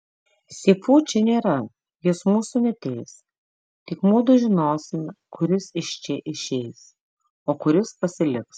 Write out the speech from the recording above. si fu čia nėra jis mūsų neteis tik mudu žinosime kuris iš čia išeis o kuris pasiliks